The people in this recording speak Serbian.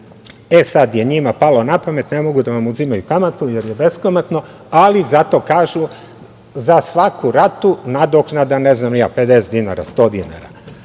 sada je njima palo na pamet, ne mogu da vam uzimaju kamatu, jer je bezkamatno, ali zato kažu, za svaku ratu, nadoknada 50 dinara, 100 dinara.